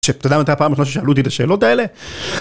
ש.. אתה יודע מתי בפעם האחרונה ששאלו אותי את השאלות האלה.